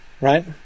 right